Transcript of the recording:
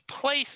place